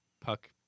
puck